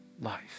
life